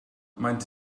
maent